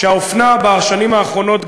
שהאופנה בשנים האחרונות,